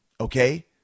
okay